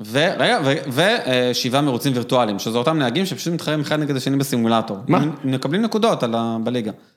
רגע, ושבעה מירוצים וירטואליים, שזה אותם נהגים שפשוט מתחרים אחד נגד השני בסימולטור. מה? מקבלים נקודות על ה... בליגה.